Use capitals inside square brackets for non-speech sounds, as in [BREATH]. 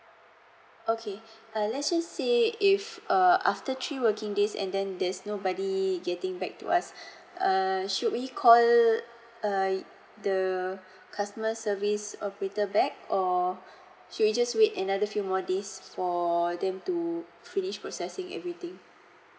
okay [BREATH] uh let's just see if uh after three working days and then there's nobody getting back to us [BREATH] err should we call uh the customer service operator back or [BREATH] should we just wait another few more days for them to finish processing everything